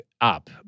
up